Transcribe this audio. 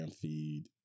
feed